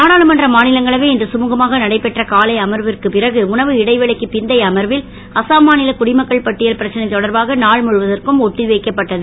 நாடாளுமன்ற மாநிலங்களவை இன்று சுமுகமாக நடைபெற்ற காலை அமர்வுக்கு பிறகு உணவு இடைவெளிக்கு பிந்தைய அமர்வில் அசாம் மாநில குடிமக்கள் பட்டியல் பிரச்னை தொடர்பாக நாள் முழுவதற்கும் ஒத்திவைக்கப்பட்டது